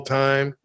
time